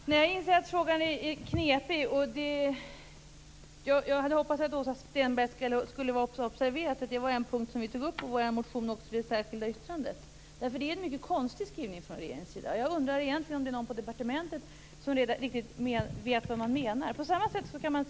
Herr talman! Jag inser att frågan är knepig, men jag hade hoppats att Åsa Stenberg hade observerat att det var en punkt som vi tog upp i vår motion och i det särskilda yttrandet. Det är en mycket konstig skrivning från regeringens sida. Jag undrar om det egentligen finns någon på departementet som vet vad man verkligen menar.